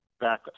back